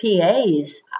PAs